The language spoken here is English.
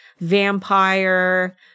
vampire